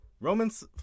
romans